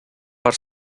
per